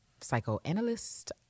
psychoanalyst